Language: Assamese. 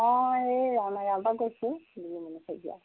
অঁ এই ৰাওণা গাঁও পা কৈছোঁ দুলুমণি শইকীয়া